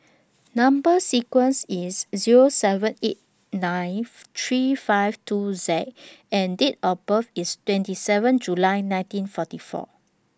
Number sequence IS S Zero seven eight nine three five two X and Date of birth IS twenty seven July nineteen forty four